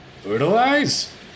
Fertilize